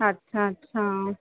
अच्छा अच्छा